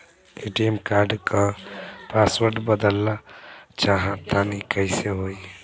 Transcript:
ATM card क password बदलल चाहा तानि कइसे होई?